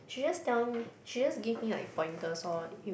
she just tell she just give me like pointers lor